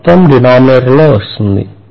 మొత్తం denominator లో వస్తుంది